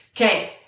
Okay